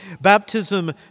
Baptism